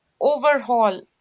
overhaul